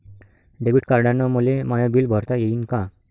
Debit कार्डानं मले माय बिल भरता येईन का?